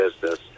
business